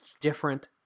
different